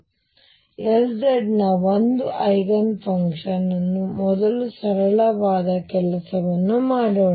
ಆದ್ದರಿಂದ Lz ನ ಒಂದು ಐಗನ್ ಫಂಕ್ಷನ್ ಅನ್ನು ಮೊದಲು ಸರಳವಾದ ಕೆಲಸವನ್ನು ಮಾಡೋಣ